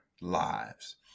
lives